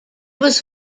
was